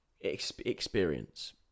experience